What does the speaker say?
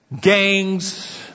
Gangs